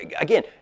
Again